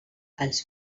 els